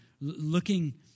looking